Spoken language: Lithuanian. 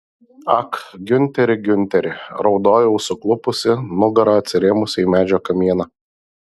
ak giunteri giunteri raudojau suklupusi nugara atsirėmusi į medžio kamieną